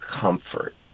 comfort